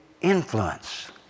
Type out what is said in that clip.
influence